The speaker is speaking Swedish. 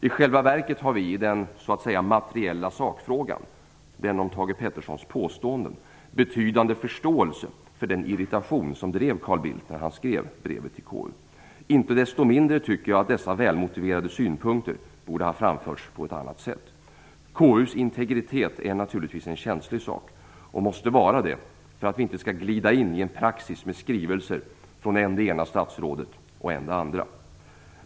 I själva verket har vi så att säga i den materiella sakfrågan, den om Thage G Petersons påståenden, betydande förståelse för den irritation som drev Carl Bildt när han skrev brevet till KU. Inte desto mindre tycker jag att dessa välmotiverade synpunkter borde ha framförts på ett annat sätt. KU:s integritet är naturligtvis en känslig sak och måste så vara för att vi inte skall glida in i en praxis med skrivelser från än det ena, än det andra statsrådet.